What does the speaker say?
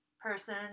person